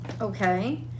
okay